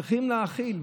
צריכים להכיל,